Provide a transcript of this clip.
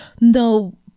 no